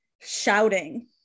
shouting